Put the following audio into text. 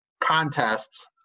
contests